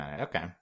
Okay